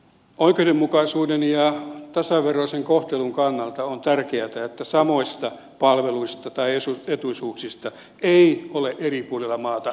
oikeudenmukaisuuden ja tasaveroisen kohtelun kannalta on tärkeätä että samoista palveluista tai etuisuuksista ei ole eri puolilla maata erilaisia tulkintoja